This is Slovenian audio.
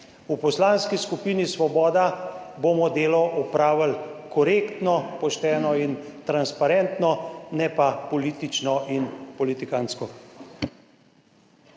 V Poslanski skupini Svoboda bomo delo opravili korektno, pošteno in transparentno, ne pa politično in politikantsko.